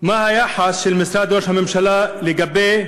מה היחס של משרד ראש הממשלה לגבי,